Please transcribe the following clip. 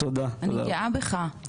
אני גאה בך,